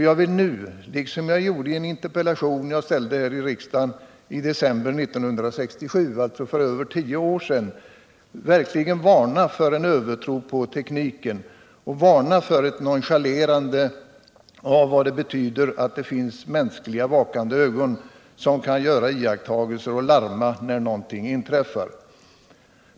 Jag vill nu, liksom jag gjorde i en interpellation som jag ställde i riksdagen i december 1967, alltså för över tio år sedan, varna för en övertro på tekniken och varna för ett nonchalerande av vad det betyder att det finns mänskliga vakande ögon, som kan göra iakttagelser, så att man kan larma när någonting inträffar.